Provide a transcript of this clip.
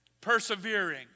Persevering